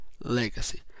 legacy